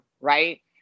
right